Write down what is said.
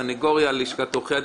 לסנגוריה וללשכת עורכי הדין.